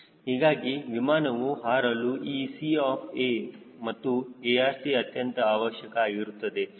ಹೀಗಾಗಿ ವಿಮಾನವು ಹಾರಲು ಈ C ಆಫ್ A ಮತ್ತು ARC ಅತ್ಯಂತ ಅವಶ್ಯಕ ಆಗಿರುತ್ತದೆ